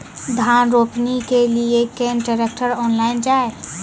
धान रोपनी के लिए केन ट्रैक्टर ऑनलाइन जाए?